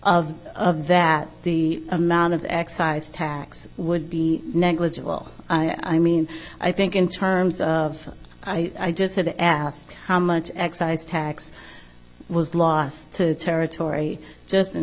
of that the amount of excise tax would be negligible i mean i think in terms of i just had to ask how much excise tax was lost to territory just in